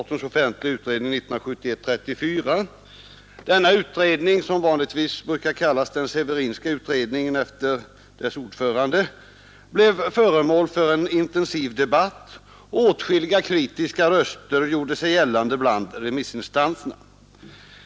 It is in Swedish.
Denna utredning, som vanligtvis brukar kallas den Severinska utredningen efter sin ordförande, blev föremål för en intensiv debatt, och åtskilliga kritiska röster gjorde sig gällande bland remissinstanserna.